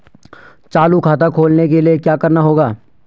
चालू खाता खोलने के लिए क्या करना होगा?